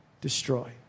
destroy